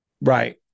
right